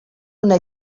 una